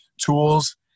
tools